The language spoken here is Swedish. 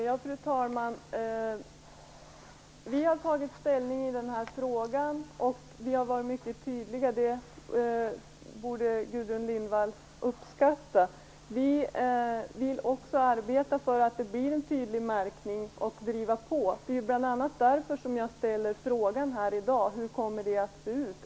Fru talman! Vi i Centerpartiet har tagit ställning i den här frågan, och varit mycket tydliga. Det borde Gudrun Lindvall uppskatta. Vi vill också arbeta för en tydlig märkning, och driva på. Det är bl.a. därför jag ställer frågan här i dag: Hur kommer det att se ut?